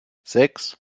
sechs